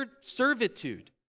servitude